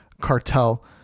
cartel